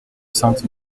sainte